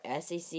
SEC